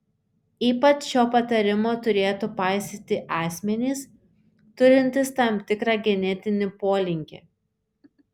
ypač šio patarimo turėtų paisyti asmenys turintys tam tikrą genetinį polinkį